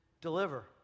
deliver